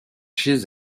chez